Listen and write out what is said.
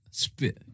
spit